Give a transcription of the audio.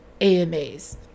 AMAs